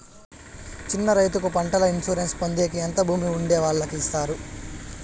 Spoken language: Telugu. చిన్న రైతుకు పంటల ఇన్సూరెన్సు పొందేకి ఎంత భూమి ఉండే వాళ్ళకి ఇస్తారు?